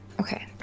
Okay